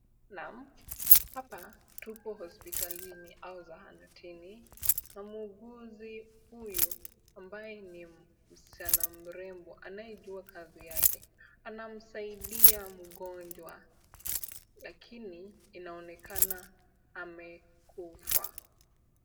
Naam, hapa tuko hospitalini au zahanatini na muuguzi huyu ambaye ni msichana mrembo anaye jua kazi yake anamsaidia mgonjwa lakini inaonekana amekufa.